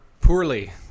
Poorly